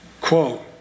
Quote